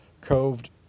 coved